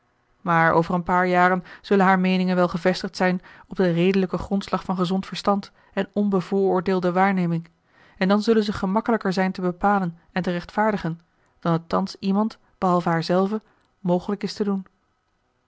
maar over een paar jaren zullen haar meeningen wel gevestigd zijn op den redelijken grondslag van gezond verstand en onbevooroordeelde waarneming en dan zullen zij gemakkelijker zijn te bepalen en te rechtvaardigen dan het thans iemand behalve haarzelve mogelijk is te doen